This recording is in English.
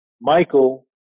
Michael